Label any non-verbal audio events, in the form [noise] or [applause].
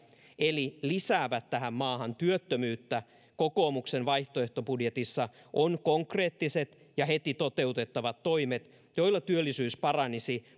eli lisäävät tähän maahan työttömyyttä kokoomuksen vaihtoehtobudjetissa on konkreettiset ja heti toteutettavat toimet joilla työllisyys paranisi [unintelligible]